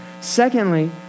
Secondly